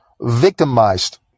victimized